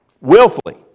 willfully